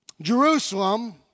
Jerusalem